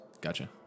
Gotcha